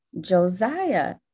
Josiah